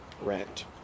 rent